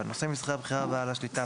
ועל נושאי משרה בכירה בבעל השליטה,